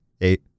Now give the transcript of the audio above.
Eight